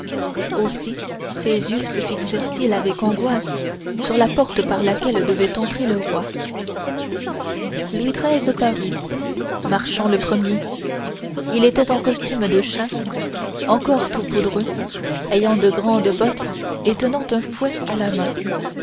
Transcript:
aussi ses yeux se fixèrent ils avec angoisse sur la porte par laquelle devait entrer le roi louis xiii parut marchant le premier il était en costume de chasse encore tout poudreux ayant de grandes bottes et tenant un fouet à la main